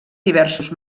diversos